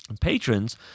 Patrons